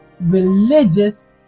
religious